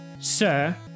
sir